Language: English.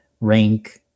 rank